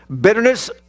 Bitterness